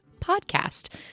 podcast